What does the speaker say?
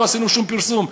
לא עשינו שום פרסום.